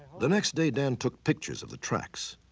the next day dan took pictures of the tracks.